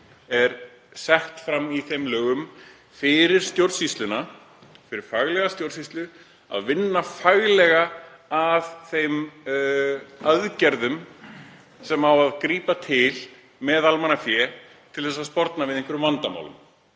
er sett fram fyrir stjórnsýsluna, fyrir faglega stjórnsýslu, að vinna faglega að þeim aðgerðum sem á að grípa til með almannafé til að sporna við einhverjum vandamálum